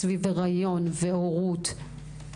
היריון והורות.